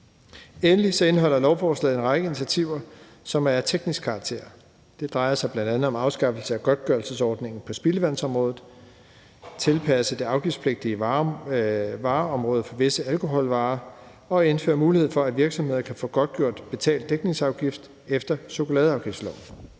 Endelig indeholder lovforslaget en række initiativer, som er af teknisk karakter. Det drejer sig bl.a. om afskaffelse af godtgørelsesordningen på spildevandsområdet, at tilpasse det afgiftspligtige vareområde for visse alkoholvarer og indføre mulighed for, at virksomheder kan få godtgjort betalt dækningsafgift efter chokoladeafgiftsloven.